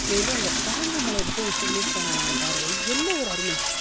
மேலும் அந்த பறம்பு மலைய பற்றி சொல்லிருப்பார் பார் என்ன ஒரு அருமை